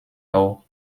auch